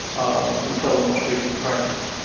um until the most recent crisis.